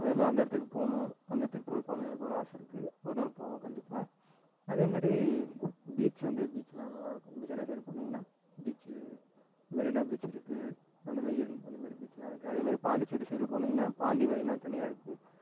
அதே மாதிரி அந்த இடத்துக்கு போகணும் அந்த இடத்துக்கு போய் பார்க்கணுனு எனக்கு ஒரு ஆசையிருக்கு ஒரு நாள் போவேன் கண்டிப்பாக அதே மாதிரி பீச் வந்து பீச்செல்லாம் நல்லா இருக்கும் சென்னை சைடு போனீங்கன்னால் பீச்சி மெரினா பீச் இருக்குது அந்த அந்த மாதிரி பீசெல்லாம் இருக்குது அதே மாதிரி பாண்டிச்சேரி சைடில் போனீங்கன்னால் பாண்டி மெரினா தனியாக இருக்குது